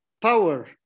power